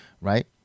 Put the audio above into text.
right